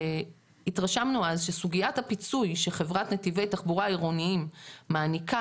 התרשמנו אז שסוגיית הפיצוי שחברת נתיבי תחבורה עירוניים מעניקה